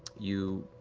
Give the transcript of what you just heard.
you